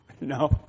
No